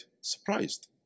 surprised